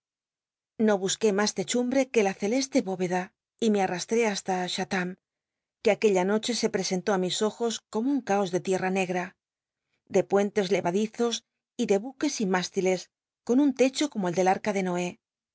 no busqué mas techumbre que la celes le bóred t y me arrastré basta chatb un c ue aquella noche se presentó á mis ojos como un caos de tiena negra ele puentes leradizos y de buques sin mástiles con un lecho como el del arca de noé